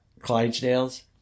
clydesdales